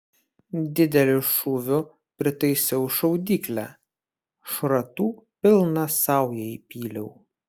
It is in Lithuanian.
dideliu šūviu pritaisiau šaudyklę šratų pilną saują įpyliau